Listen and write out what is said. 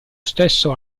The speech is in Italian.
stesso